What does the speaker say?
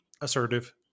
assertive